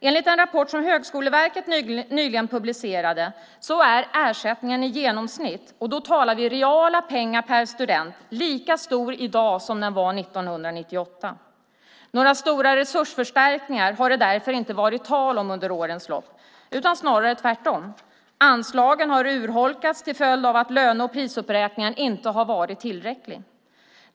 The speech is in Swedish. Enligt en rapport som Högskoleverket nyligen publicerade är ersättningen i genomsnitt - då talar vi om reala pengar per student - lika stor i dag som den var 1998. Några stora resursförstärkningar har det alltså inte varit tal om under årens lopp, utan snarare tvärtom. Anslagen har urholkats till följd av att löne och prisuppräkningen inte har varit tillräcklig.